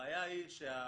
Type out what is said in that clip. הבעיה היא שהצדדים